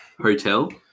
hotel